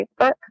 Facebook